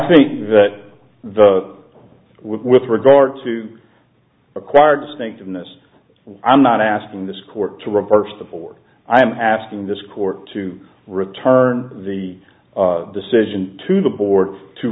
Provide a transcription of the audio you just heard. think that the with regard to required distinctiveness i'm not asking this court to reverse the board i'm asking this court to return the decision to the board to